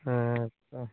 ᱦᱮᱸ ᱛᱚ